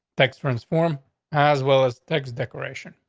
text transform as well as text decoration.